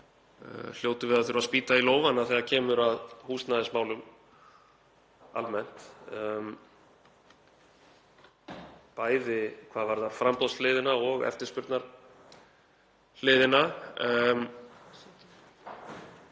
hljótum við að þurfa að spýta í lófana þegar kemur að húsnæðismálum almennt, bæði hvað varðar framboðshliðina og eftirspurnarhliðina.